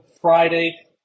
Friday